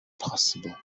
possible